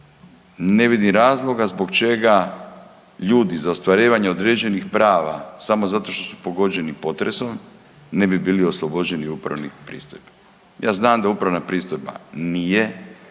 Ne vidim razloga zbog čega ljudi za ostvarivanje određenih prava samo zato što su pogođeni potresom ne bi bili oslobođeni upravnih pristojbi. Ja znam da upravna pristojba nije